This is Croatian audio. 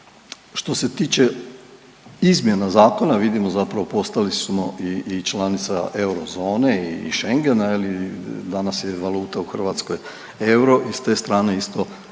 što se tiče izmjena zakona vidimo zapravo postali smo i članica eurozone i Schengena je li, danas je valuta u Hrvatskoj euro i s te strane isto postoje